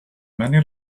many